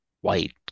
white